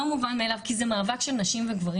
לא מובן מאליו, כי זה מאבק של גברים ונשים ביחד.